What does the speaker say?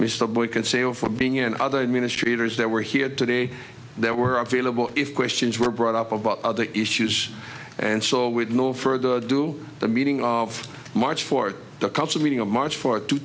boyd can sail for being in other administrators that were here today that were available if questions were brought up about the issues and so with no further ado the meeting of march for the council meeting on march fourth two